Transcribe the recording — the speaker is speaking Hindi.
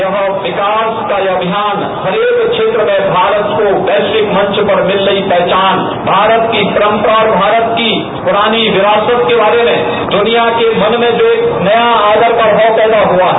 यह विकास का अभियान हरेक क्षेत्र में भारत को वैश्विक मंच पर मिल रही पहचान भारत की परम्पराओं और भारत की पुरानी विरासत के बारे में दृनिया के मन में जो एक नया आदर का भाव पैदा हुआ है